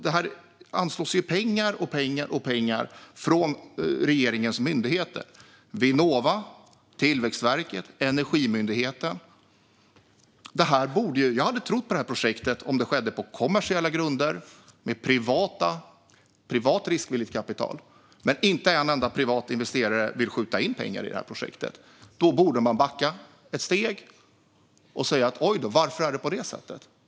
Det har gång på gång anslagits pengar från regeringens myndigheter Vinnova, Tillväxtverket och Energimyndigheten. Jag hade trott på projektet om det skett på kommersiella grunder med privat riskvilligt kapital, men inte en enda privat investerare vill skjuta in pengar i det. Då borde man backa ett steg och säga: Ojdå, varför är det på det sättet?